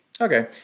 okay